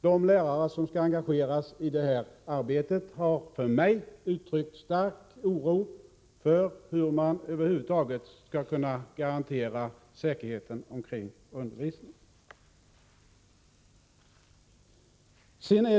De lärare som skall 2ngageras i det här arbetet har för mig uttryckt stark oro för hur man över huvud taget skall kunna garantera säkerheten omkring undervisningen.